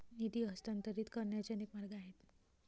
निधी हस्तांतरित करण्याचे अनेक मार्ग आहेत